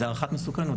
זו הערכת מסוכנות.